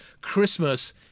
Christmas